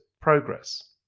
progress